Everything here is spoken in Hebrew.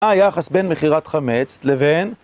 מה היחס בין מכירת חמץ לבין